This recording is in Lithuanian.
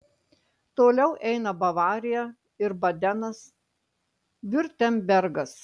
toliau eina bavarija ir badenas viurtembergas